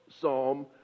Psalm